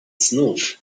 znów